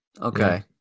okay